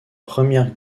première